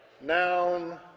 Noun